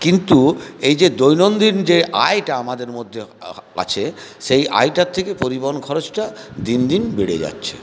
কিন্তু এই যে দৈনন্দিন যে আয়টা আমাদের মধ্যে আছে সেই আয়টার থেকে পরিবহন খরচটা দিন দিন বেড়ে যাচ্ছে